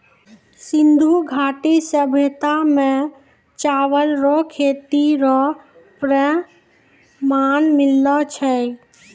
सिन्धु घाटी सभ्यता मे चावल रो खेती रो प्रमाण मिललो छै